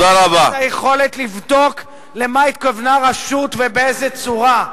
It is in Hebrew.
היכולת לבדוק למה התכוונה רשות ובאיזה צורה.